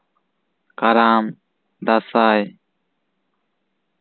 ᱠᱟᱨᱟᱢ ᱫᱟᱸᱥᱟᱭ